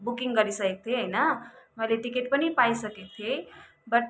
booking गरिसकेको थिएँ होइन मैले टिकट पनि पाइसकेको थिएँ बट